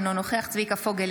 אינו נוכח צביקה פוגל,